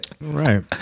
right